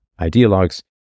ideologues